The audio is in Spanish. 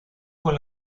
con